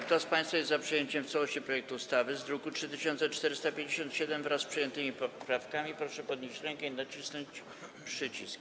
Kto z państwa jest za przyjęciem w całości projektu ustawy w brzmieniu z druku nr 3457, wraz z przyjętymi poprawkami, proszę podnieść rękę i nacisnąć przycisk.